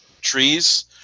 trees